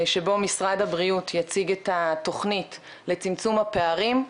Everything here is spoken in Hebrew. שבו משרד הבריאות יציג את התוכנית לצמצום הפערים,